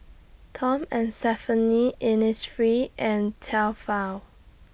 Tom and Stephanie Innisfree and Tefal